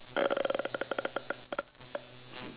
uh